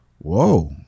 whoa